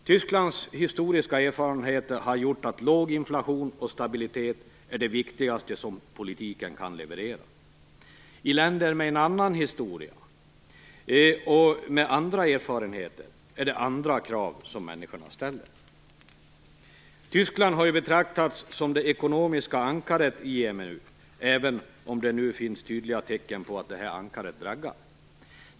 Tysklands historiska erfarenheter har gjort att låg inflation och stabilitet är det viktigaste som politiken kan leverera. I länder med en annan historia och med andra erfarenheter är det andra krav som människorna ställer. Tyskland har ju betraktats som det ekonomiska ankaret i EMU, även om det nu finns tydliga tecken på att det här ankaret draggar.